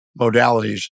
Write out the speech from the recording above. modalities